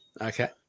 Okay